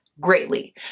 greatly